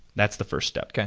that's the first step. ok.